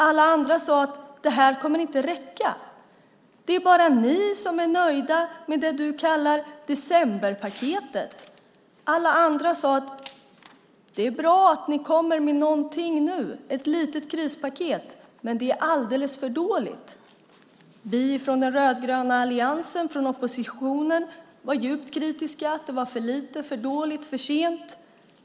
Alla andra sade att det inte skulle komma att räcka. Det är bara ni som är nöjda med det du kallar decemberpaketet. Alla andra sade: Det är bra att ni kommer med någonting nu - ett litet krispaket - men det är alldeles för dåligt. Vi från den rödgröna alliansen, från oppositionen, var djupt kritiska. Det var för lite, för dåligt och för sent.